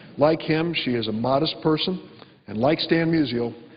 like him, she is a modest person and like stan musial,